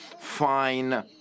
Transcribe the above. fine